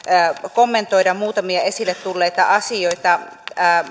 kommentoida muutamia esille tulleita asioita